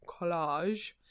collage